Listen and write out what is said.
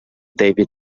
david